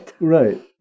Right